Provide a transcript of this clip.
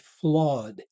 flawed